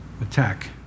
Attack